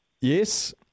Yes